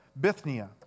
Bithynia